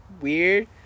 weird